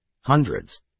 hundreds